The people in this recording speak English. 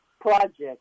project